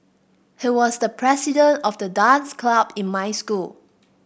he was the president of the dance club in my school